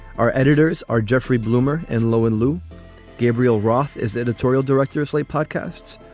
our editors are jeffrey blumer and lowe and luke gabriel roth is editorial director, slate podcasts,